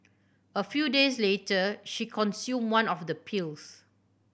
a few days later she consumed one of the pills